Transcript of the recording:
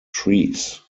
trees